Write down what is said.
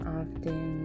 often